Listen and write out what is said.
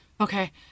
okay